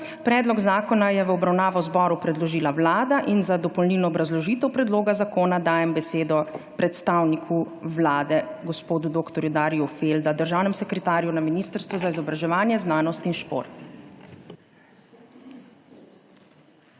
Predlog zakona je v obravnavo zboru predložila Vlada. Za dopolnilno obrazložitev predloga zakona dajem besedo predstavniku Vlade gospodu dr. Darju Feldi, državnemu sekretarju na Ministrstvu za izobraževanje, znanost in šport.